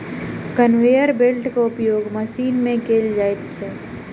conveyor बेल्टक उपयोग machine मे कयल जाइत अछि